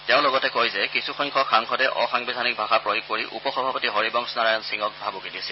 তেওঁ লগতে কয় যে কিছু সংখ্যক সাংসদে অসাংবিধানিক ভাষা প্ৰয়োগ কৰি উপ সভাপতি হৰিবংশ নাৰায়ণ সিঙক ভাবুকি দিছিল